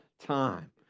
time